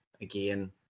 again